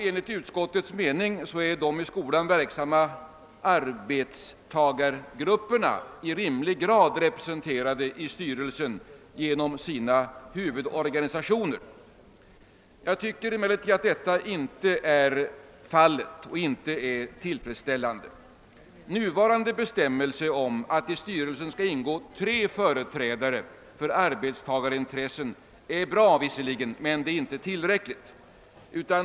Enligt utskottets mening är emellertid de i skolan verksamma arbetstagargrupper na i rimlig grad representerade i styrelsen genom sina huvudorganisationer. Jag kan inte finna att denna representation är tillfredsställande. Nuvarande bestämmelse om att det i styrelsen skall ingå tre företrädare för arbetstagarintressen är visserligen bra men inte tillräcklig.